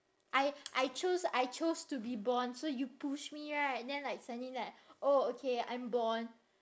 I I chose I chose to be born so you push me right then like suddenly like oh okay I'm born